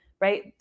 right